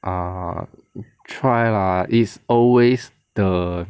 err try lah is always the